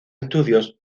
estudios